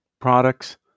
products